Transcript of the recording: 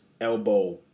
elbow